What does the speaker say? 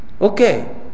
okay